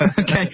Okay